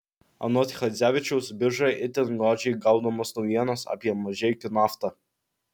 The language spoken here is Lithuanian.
anot chadzevičiaus biržoje itin godžiai gaudomos naujienos apie mažeikių naftą